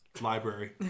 Library